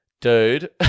dude